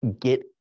get